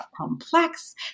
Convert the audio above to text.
complex